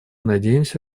надеемся